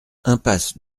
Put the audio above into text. impasse